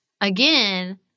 again